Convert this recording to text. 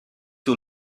too